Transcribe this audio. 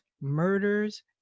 murders